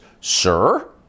Sir